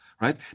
Right